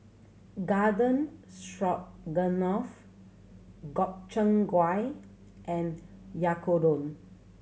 Garden Stroganoff Gobchang Gui and Oyakodon